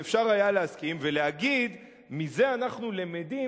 אפשר היה להסכים ולהגיד: מזה אנחנו למדים